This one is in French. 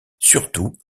surtout